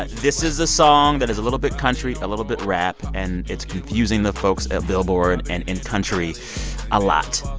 this is a song that is a little bit country, a little bit rap, and it's confusing the folks at billboard and in country a lot.